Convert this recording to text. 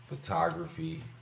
photography